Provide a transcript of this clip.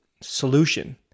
solution